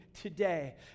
today